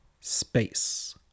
Space